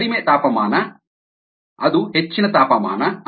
ಕಡಿಮೆ ತಾಪಮಾನ ಅದು ಹೆಚ್ಚಿನ ತಾಪಮಾನ ಅಂದರೆ